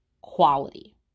quality